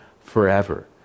forever